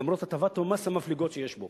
למרות הטבות המס המפליגות שיש בו.